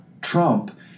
Trump